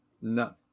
No